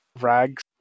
rags